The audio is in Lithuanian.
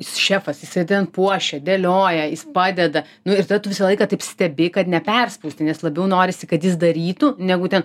jis šefas jisai ten puošia dėlioja jis padeda nu ir tada tu visą laiką taip stebi kad neperspausti nes labiau norisi kad jis darytų negu ten